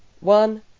one